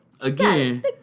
Again